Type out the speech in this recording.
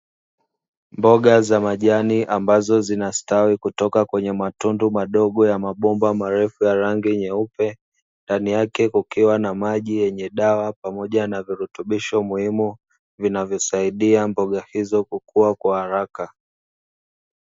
Mboga za majani ambazo zinastawi kutoka kwenye matundu madogo ya mabomba marefu ya rangi nyeupe, ndani yake kukiwa na maji yenye dawa pamoja na virutubisho muhimu vinavyosaidia mboga hizo kukuwa kwa haraka.